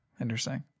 Interesting